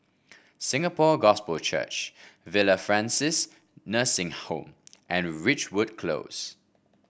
Singapore Gospel Church Villa Francis Nursing Home and Ridgewood Close